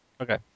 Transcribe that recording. Okay